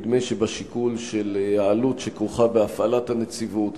נדמה שבשיקול של העלות שכרוכה בהפעלת הנציבות,